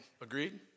Agreed